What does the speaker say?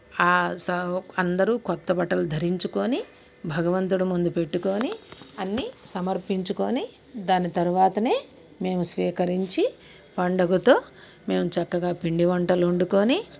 అందరూ కొత్త బట్టలు ధరించుకోని భగవంతుడు ముందు పెట్టుకోని అన్నీ సమర్పించుకోని దాని తర్వాతనే మేము స్వీకరించి పండగతో మేము చక్కగా పిండి వంటలొండుకొని